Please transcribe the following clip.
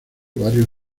varios